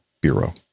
Bureau